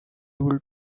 able